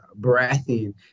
Baratheon